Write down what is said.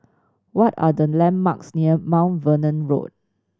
what are the landmarks near Mount Vernon Road